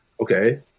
okay